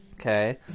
okay